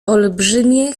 olbrzymie